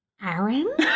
Aaron